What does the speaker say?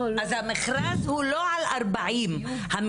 לא על 40 דירות?